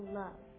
love